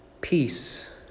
Peace